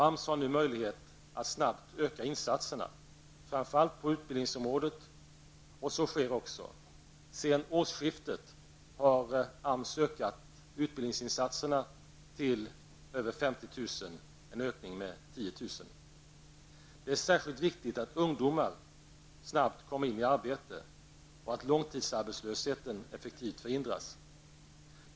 AMS har nu möjlighet att snabbt öka insatserna, framför allt på utbildningsområdet, och så sker också. Sedan årsskiftet har AMS ökat utbildningsinsatserna till över 50 000, en ökning med 10 000. -- Det är särskilt viktigt att ungdomar snabbt kommer in i arbete och att långtidsarbetslösheten effektivt förhindras.